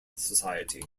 society